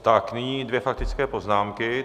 Tak nyní dvě faktické poznámky.